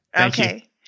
Okay